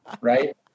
Right